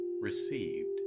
received